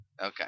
Okay